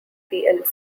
plc